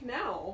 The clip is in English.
now